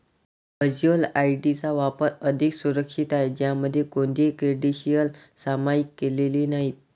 virtual ID चा वापर अधिक सुरक्षित आहे, ज्यामध्ये कोणतीही क्रेडेन्शियल्स सामायिक केलेली नाहीत